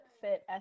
fit